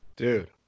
Dude